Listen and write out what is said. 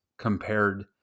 compared